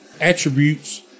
attributes